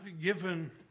given